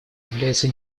является